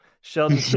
Sheldon